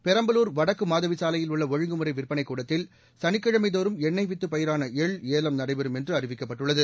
பெரம்பலூர் வடக்கு மாதவி சாலையில் உள்ள ஒழுங்குமுறை விற்பனை கூடத்தில் சனிக்கிழமை தோறும் எண்ணெய் வித்து பயிரான எள் ஏலம் நடைபெறும் என்று அறிவிக்கப்பட்டுள்ளது